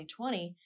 2020